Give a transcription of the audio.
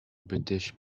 british